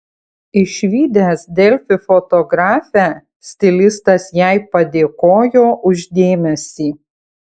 išvydęs delfi fotografę stilistas jai padėkojo už dėmesį